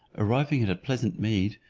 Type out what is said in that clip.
arriving at a pleasant mead,